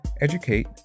educate